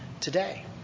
today